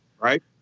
Right